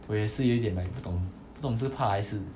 我也是有一点 like 不懂不懂是怕还是